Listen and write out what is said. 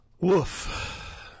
Woof